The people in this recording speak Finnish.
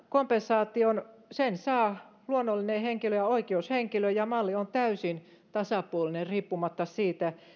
kompensaation saa luonnollinen henkilö ja oikeushenkilö ja malli on täysin tasapuolinen riippumatta siitä